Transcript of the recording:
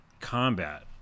combat